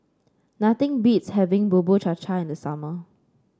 nothing beats having Bubur Cha Cha in the summer